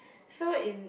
so in